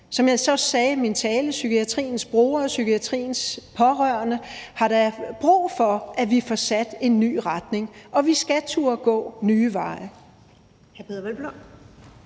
Som jeg så også sagde i min tale: Psykiatriens brugere og psykiatriens pårørende har da brug for, at vi får sat en ny retning. Og vi skal turde gå nye veje.